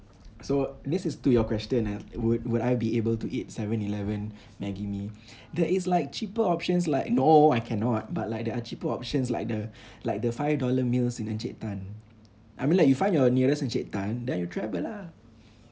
so this is to your question uh would would I be able to eat seven eleven Maggi mee there is like cheaper options like no I cannot but like there are cheaper options like the like the five dollar meals in Encik Tan I mean like you find your nearest Encik Tan then you travel lah